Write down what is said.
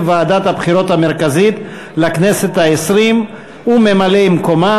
ועדת הבחירות המרכזית לכנסת העשרים וממלאי-המקום,